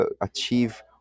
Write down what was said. achieve